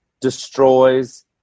destroys